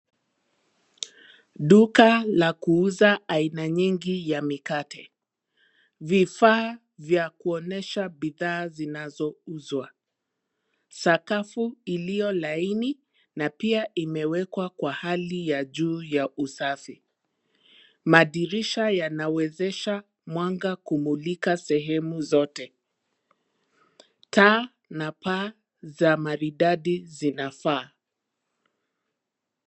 Duka la kuuza aina nyingi ya mikate. Vifaa vya kuonyesha bidhaa zinavyouzwa. Sakafu iliyo laini na pia imewekwa kwa hali ya juu ya usafi. Madirisha yanawezesha mwanga kumulika sehemu zote. Taa na paa za maridadi zinafaa.